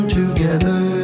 together